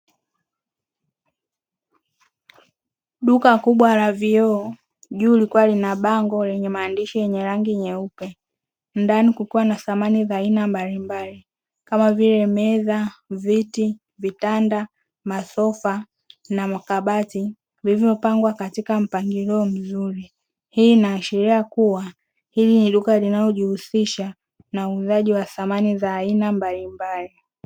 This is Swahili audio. Duka kubwa la vioo juu likiwa lina bango lenye maandishi yenye rangi nyeupe. Ndani kukiwa na samani za aina mbalimbali kama vile meza, viti, vitanda, masofa na makabati; vilivyopangwa katika mpangilio mzuri. Hii inaashiria kuwa hili ni duka linalojihusisha na uuzaji wa samani za aina mbalimbali.